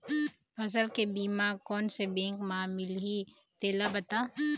फसल के बीमा कोन से बैंक म मिलही तेला बता?